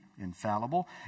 infallible